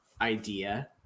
idea